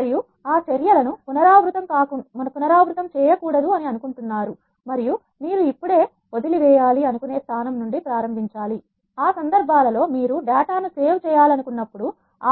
మరియు ఆ చర్య లను పునరావృతం చేయకూడదు అనుకుంటున్నారు మరియు మీరు ఇప్పుడే వదిలివేయాలి అనుకునే స్థానం నుండి ప్రారంభించాలి ఆ సందర్భాలలో మీరు డేటా ను సేవ్ చేయాలనుకున్నప్పుడు